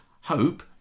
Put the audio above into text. hope